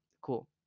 Cool